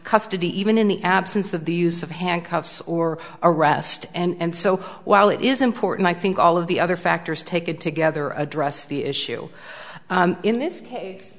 custody even in the absence of the use of handcuffs or arrest and so while it is important i think all of the other factors taken together address the issue in this